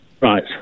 right